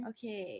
Okay